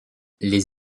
les